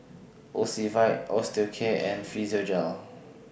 Ocuvite Osteocare and Physiogel